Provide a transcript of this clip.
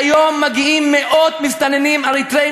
כיום מגיעים מאות מסתננים אריתריאים